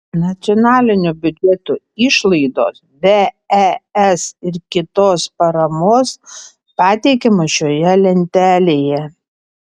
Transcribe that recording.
nacionalinio biudžeto išlaidos be es ir kitos paramos pateikiamos šioje lentelėje